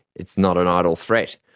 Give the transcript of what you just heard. it's not an idle threat.